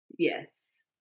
Yes